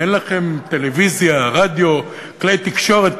אין לכם טלוויזיה, רדיו, כלי תקשורת?